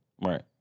Right